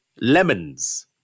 lemons